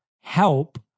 help